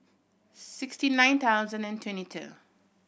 sixty nine thousand and twenty two